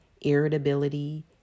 irritability